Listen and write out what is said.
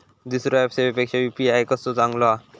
दुसरो ऍप सेवेपेक्षा यू.पी.आय कसो चांगलो हा?